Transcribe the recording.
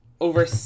over